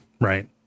right